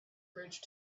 bridge